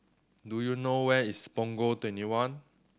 do you know where is Punggol Twenty one